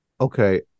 okay